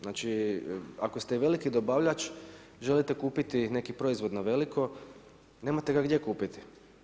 Znači ako ste i veliki dobavljač, želite kupiti neki proizvod na veliko nemate ga gdje kupiti.